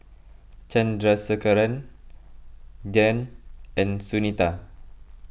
Chandrasekaran Dhyan and Sunita